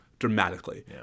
Dramatically